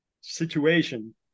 situation